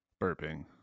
Burping